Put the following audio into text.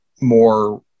more –